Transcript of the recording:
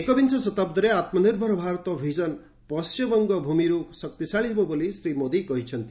ଏକବିଂଶ ଶତାବ୍ଦୀରେ ଆତ୍କନିର୍ଭର ଭାରତ ଭିଜନ ପଣ୍ଟିମବଙ୍ଗ ଭୂମିରୁ ଶକ୍ତିଶାଳୀ ହେବ ବୋଲି ଶ୍ରୀ ମୋଦି କହିଛନ୍ତି